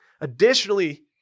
Additionally